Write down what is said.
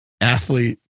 athlete